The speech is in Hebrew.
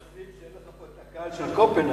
אנחנו מתנצלים שאין לך פה קהל כמו בקופנהגן.